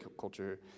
culture